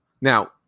Now